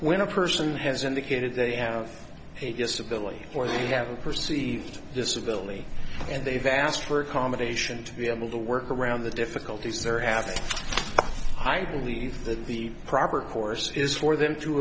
when a person has indicated they have a disability or they have a perceived disability and they've asked for accommodation to be able to work around the difficulties or have high believe that the proper course is for them to